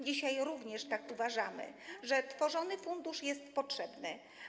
Dzisiaj również uważamy, że tworzony fundusz jest potrzebny.